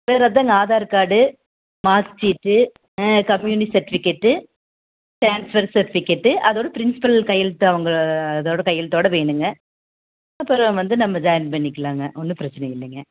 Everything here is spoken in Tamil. வேறே அதுதாங்க Aadhaar card mark sheet community certificate transfer certificate அதோட ப்ரின்ஸிபல் கையெழுத்து அவங்க அதோட கையெழுத்தோட வேணுங்க அப்புறம் வந்து நம்ம ஜாயின் பண்ணிக்கலாங்க ஒன்றும் பிரச்சனை இல்லைங்க